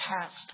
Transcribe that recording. past